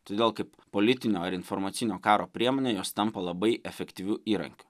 todėl kaip politinio ar informacinio karo priemonė jos tampa labai efektyviu įrankiu